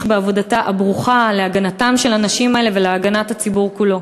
בעבודתה הברוכה בהגנה על הנשים האלה ובהגנת הציבור כולו.